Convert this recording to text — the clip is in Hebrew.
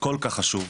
הכול כך חשוב,